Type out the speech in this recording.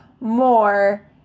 more